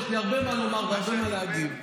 יש לי הרבה מה לומר והרבה מה להגיב,